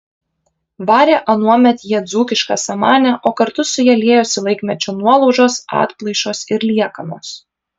varė anuomet jie dzūkišką samanę o kartu su ja liejosi laikmečio nuolaužos atplaišos ir liekanos